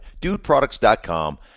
DudeProducts.com